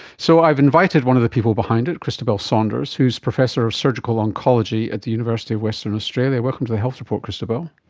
so i've invited one of the people behind it, christobel saunders who is professor of surgical oncology at the university of western australia, welcome to the health report, christobel.